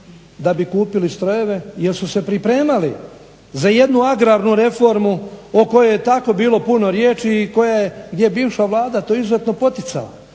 da bi kupili strojeve jer su se pripremali za jednu agrarnu reformu o kojoj je tako bilo puno riječi i koja je, gdje je bivša Vlada to izuzetno poticala.